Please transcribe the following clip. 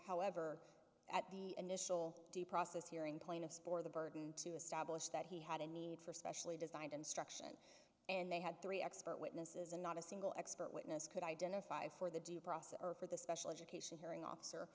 however at the initial process hearing plaintiffs for the burden to establish that he had a need for specially designed instruction and they had three expert witnesses and not a single expert witness could identify for the due process or for the special education hearing officer